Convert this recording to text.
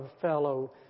fellow